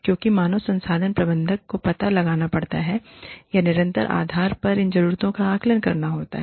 क्योंकि मानव संसाधन प्रबंधक को पता लगाना पड़ता है या निरंतर आधार पर इन ज़रूरतों का आकलन करना होता है